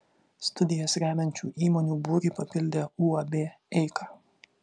studijas remiančių įmonių būrį papildė uab eika